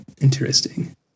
Interesting